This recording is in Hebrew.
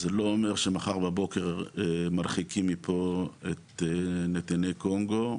זה לא אומר שמחר בבוקר מרחיקים מפה את נתיני קונגו,